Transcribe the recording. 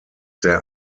der